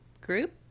group